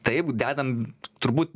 taip dedam turbūt